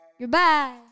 Goodbye